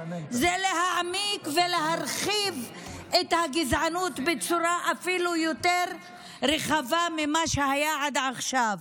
זה להעמיק ולהרחיב את הגזענות בצורה אפילו יותר רחבה ממה שהיה עד עכשיו.